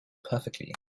perfectly